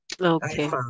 Okay